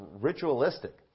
ritualistic